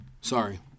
Sorry